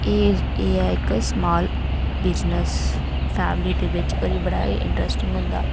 जात्तरू जेह्ड़े हैन ओह् साढ़े इत्थै औंदे न एह् निं ऐ कि शैह्रें दे औंदे न